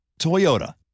Toyota